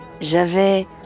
J'avais